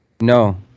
No